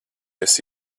esi